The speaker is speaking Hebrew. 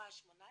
ב-17.5.18